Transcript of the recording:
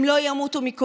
אם הם לא ימותו מקורונה,